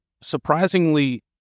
surprisingly